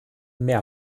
mehr